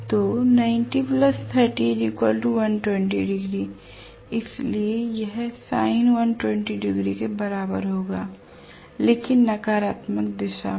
तो 90 30 120 इसलिए यह sin120 के बराबर होगा लेकिन नकारात्मक दिशा में